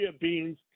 beans